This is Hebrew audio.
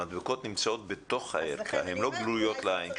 המדבקות נמצאות בתוך הערכה, הן לא גלויות לעין.